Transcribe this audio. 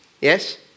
Yes